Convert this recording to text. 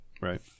right